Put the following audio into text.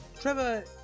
Trevor